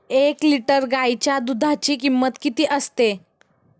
एक लिटर गाईच्या दुधाची किंमत किती आहे?